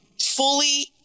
fully